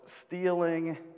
stealing